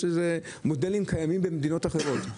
יש מודלים קיימים במדינות אחרות.